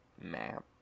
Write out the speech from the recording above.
map